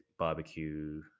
barbecue